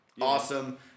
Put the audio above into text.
awesome